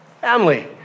Family